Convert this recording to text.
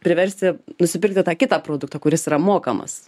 priversti nusipirkti tą kitą produktą kuris yra mokamas